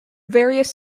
various